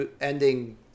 ending